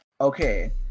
Okay